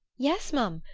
yes, m'm.